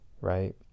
right